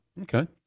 Okay